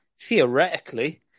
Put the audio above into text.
theoretically